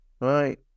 right